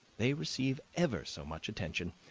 they receive ever so much attention.